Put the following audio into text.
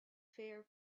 fair